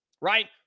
right